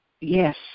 yes